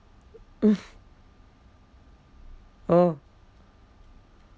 oh